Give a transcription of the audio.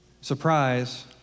surprise